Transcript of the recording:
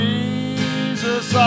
Jesus